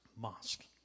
mosque